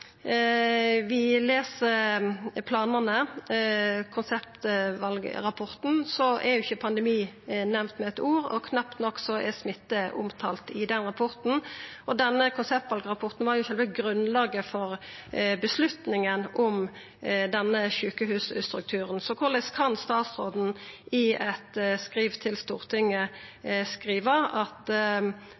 vi les planane i konseptvalrapporten, er ikkje pandemi nemnd med eit ord. Knapt nok er smitte nemnd i den rapporten. Denne konseptvalrapporten var sjølve grunnlaget for avgjerda om denne sjukehusstrukturen. Så korleis kan statsråden i eit skriv til Stortinget skriva at